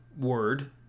word